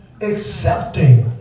accepting